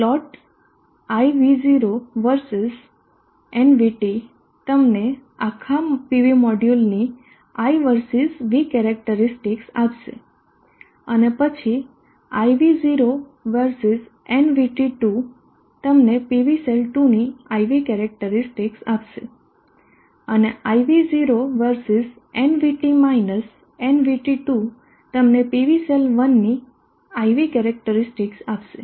Plot i v0 versus nvt તમને આખા PV મોડ્યુલની I versus V કેરેક્ટરીસ્ટિકસ આપશે અને પછી i v0 versus nVt 2 તમને PV સેલ 2ની IV કેરેક્ટરીસ્ટિકસ આપશે અને i v0 versus nvt - nvt2 તમને PV સેલ1ની IV કેરેક્ટરીસ્ટિકસ આપશે